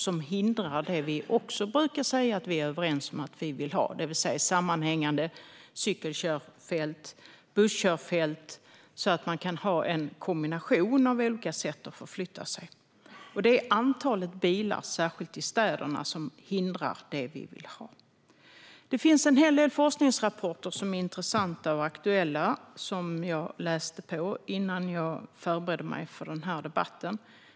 De hindrar något som vi också brukar säga att vi är överens om att vi vill ha, nämligen sammanhängande cykelkörfält och busskörfält, så att det ska bli en kombination av olika sätt att förflytta sig. Det är antalet bilar, särskilt i städerna, som hindrar det vi vill ha. Det finns en hel del forskningsrapporter som är intressanta och aktuella som jag läste på om i samband med att jag förberedde mig för den här debatten.